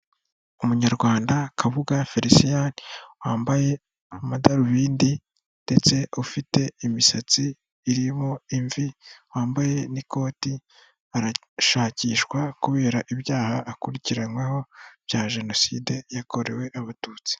Umunyarwanda Kabuga Felicien, wambaye amadarubindi ndetse ufite imisatsi irimo imvi wambaye n'ikoti, arashakishwa kubera ibyaha akurikiranwaho bya jenoside yakorewe abatutsi.